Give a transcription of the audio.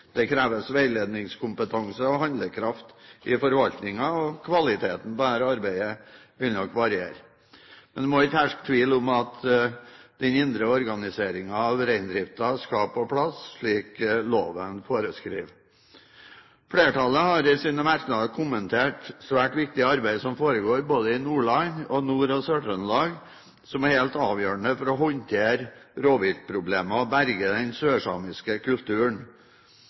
Det kreves veiledningskompetanse og handlekraft i forvaltningen, og kvaliteten på dette arbeidet vil nok variere. Men det må ikke herske tvil om at den indre organiseringen av reindriften skal på plass, slik loven foreskriver. Flertallet har i sine merknader kommentert svært viktig arbeid som foregår både i Nordland og Nord- og Sør-Trøndelag, som er helt avgjørende for å håndtere rovviltproblemene og berge den sør-samiske kulturen.